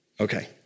Okay